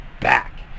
back